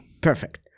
Perfect